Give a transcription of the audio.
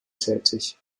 tätig